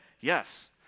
Yes